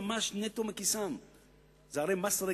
מס על דלק,